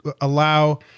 allow